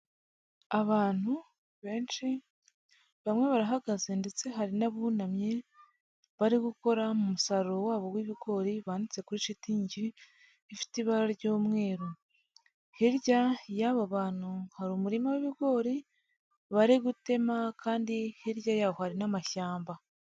Abantu benshi, bamwe barahagaze ndetse hari n'abunamye bari gukora mu musaruro wabo w'ibigori banitse kuri shitingi ifite ibara ry'umweru. Hirya y'aba bantu hari umurima w'ibigori bari gutema kandi hirya yaho hari n'amashyamba.